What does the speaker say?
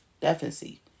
deficiency